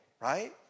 right